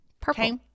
Purple